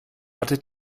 hatte